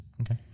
Okay